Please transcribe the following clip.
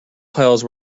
piles